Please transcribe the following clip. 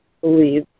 believe